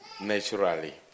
Naturally